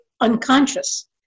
unconscious